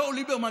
ג'ו ליברמן,